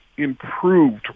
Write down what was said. improved